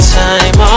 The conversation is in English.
time